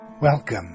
Welcome